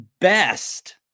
best